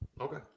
Okay